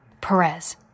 Perez